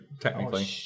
technically